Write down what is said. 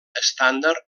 estàndard